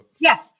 yes